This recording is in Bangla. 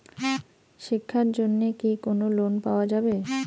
শিক্ষার জন্যে কি কোনো লোন পাওয়া যাবে?